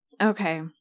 Okay